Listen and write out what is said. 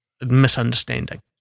misunderstanding